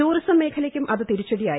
tourism മേഖലയ്ക്കും ഇത് തിരിച്ചുടിയായി